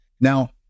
Now